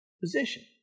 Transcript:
position